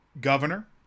governor